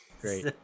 Great